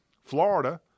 Florida